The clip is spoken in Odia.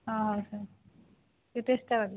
ହଁ ହଉ ସାର୍ ଟିକିଏ ଚେଷ୍ଟା କରିବେ